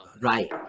Right